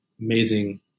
amazing